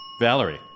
Valerie